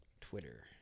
Twitter